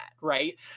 right